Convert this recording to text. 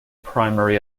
primary